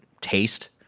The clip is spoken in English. taste